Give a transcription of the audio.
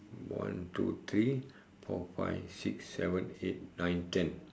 one two three four five six seven eight nine ten